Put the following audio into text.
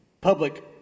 public